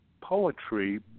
poetry